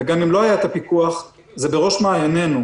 וגם אם לא היה הפיקוח זה בראש מעיינינו,